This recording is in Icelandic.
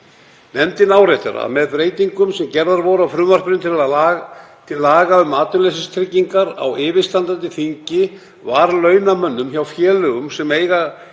Nefndin áréttar að með breytingum sem gerðar voru á frumvarpi til laga um atvinnuleysistryggingar á yfirstandandi þingi var launamönnum hjá félögum sem eiga